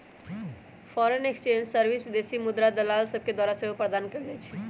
foreign exchange service विदेशी मुद्राके दलाल सभके द्वारा सेहो प्रदान कएल जाइ छइ